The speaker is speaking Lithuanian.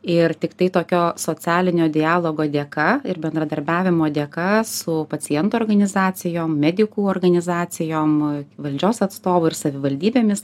ir tiktai tokio socialinio dialogo dėka ir bendradarbiavimo dėka su pacientų organizacijom medikų organizacijom valdžios atstovų ir savivaldybėmis